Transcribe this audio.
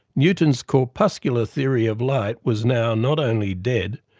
newton's corpuscular theory of light was now not only dead,